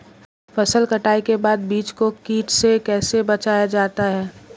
फसल कटाई के बाद बीज को कीट से कैसे बचाया जाता है?